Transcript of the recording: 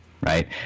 Right